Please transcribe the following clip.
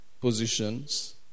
positions